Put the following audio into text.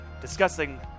discussing